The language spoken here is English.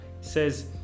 says